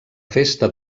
festa